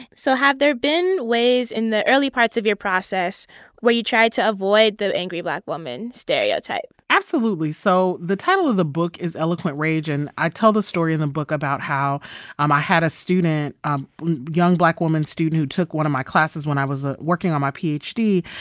so have there been ways in the early parts of your process where you tried to avoid the angry black woman stereotype? absolutely. so the title of the book is eloquent rage. and i tell the story in the book about how um i had a student um young, black woman student who took one of my classes when i was ah working working on my ph d.